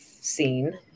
seen